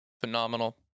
phenomenal